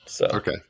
Okay